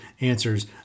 answers